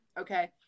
Okay